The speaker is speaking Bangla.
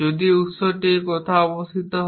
যদি উত্সটি কোথাও অবস্থিত হয়